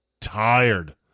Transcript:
tired